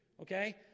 Okay